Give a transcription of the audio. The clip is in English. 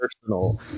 personal